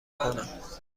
کنم